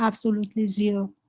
absolutely zero.